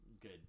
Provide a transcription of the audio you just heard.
good